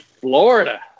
Florida